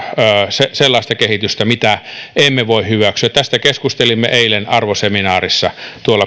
sellaista kehitystä mitä emme voi hyväksyä tästä keskustelimme eilen arvoseminaarissa